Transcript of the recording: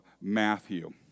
Matthew